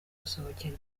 gusohokera